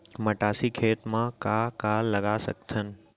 मटासी खेत म का का लगा सकथन?